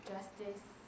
Justice